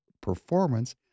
performance